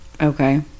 Okay